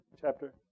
chapter